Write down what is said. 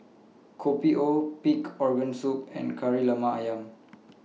Kopi O Pig Organ Soup and Kari Lemak Ayam